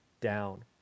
down